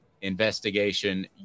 investigation